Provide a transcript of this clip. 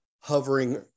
hovering